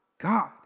God